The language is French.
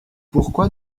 pourquoi